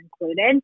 included